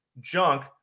junk